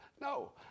No